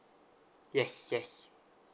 yes yes